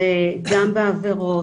זה גם בעבירות,